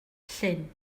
llyn